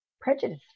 prejudice